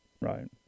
Right